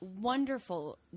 wonderful